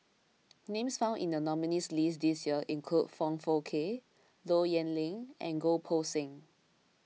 names found in the nominees' list this year include Foong Fook Kay Low Yen Ling and Goh Poh Seng